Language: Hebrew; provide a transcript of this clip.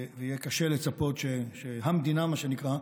ויהיה קשה לצפות שהמדינה, מה שנקרא,